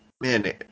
man